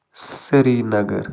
Siri Nagar